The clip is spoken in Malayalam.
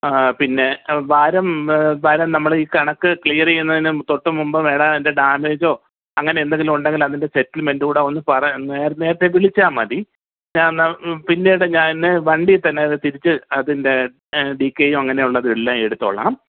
ആ പിന്നെ വാരം വാരം നമ്മൾ ഈ കണക്ക് ക്ലിയർ ചെയ്യണതിന് തൊട്ടുമുമ്പേ വേറാരെ ഡാമേജോ അങ്ങനെ എന്തെങ്കിലുമുണ്ടെങ്കിൽ അതിൻ്റെ സെറ്റിൽമെൻറ്റുടെ വന്ന് പറ നേരത്തെ നേരത്തെ വിളിച്ചാൽ മതി ഞാൻ അന്നേരം പിന്നീട് ഞാൻ വണ്ടി തന്നെ അത് തിരിച്ച് അതിൻ്റെ ടിക്കെയും അങ്ങനെ ഉള്ളതെല്ലാം എടുത്തോളാം